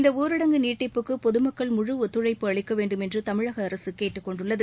இந்த ஊரடங்கு நீட்டிப்புக்கு பொதுமக்கள் முழு ஒத்துழைப்பு அளிக்க வேண்டும் என்று தமிழக அரசு கேட்டுக்கொண்டுள்ளது